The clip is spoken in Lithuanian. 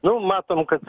nu matom kad